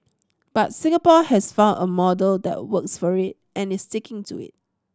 but Singapore has found a model that works for it and is sticking to it